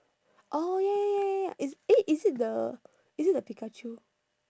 oh ya ya ya ya ya is eh is it the is it the pikachu